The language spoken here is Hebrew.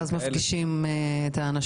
ואז מפגישים את האנשים.